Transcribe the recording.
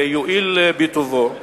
יואיל בטובו